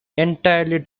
entirely